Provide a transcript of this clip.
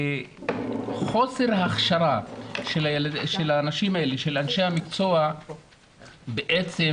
חוסר ההכשרה של אנשי המקצוע בעצם